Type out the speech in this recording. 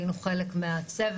היינו חלק מהצוות,